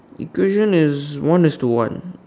equation is one is to one